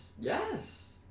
Yes